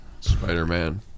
spider-man